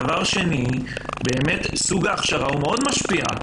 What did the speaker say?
דבר שני, סוג ההכשרה משפיע מאוד.